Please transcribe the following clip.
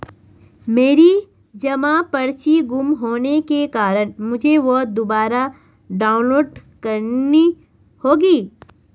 मेरी जमा पर्ची गुम होने के कारण मुझे वह दुबारा डाउनलोड करनी होगी